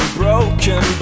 broken